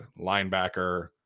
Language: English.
linebacker